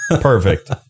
Perfect